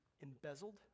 embezzled